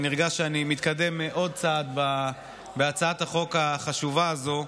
אני נרגש שאני מתקדם עוד צעד בהצעת החוק החשובה הזאת.